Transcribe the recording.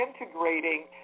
integrating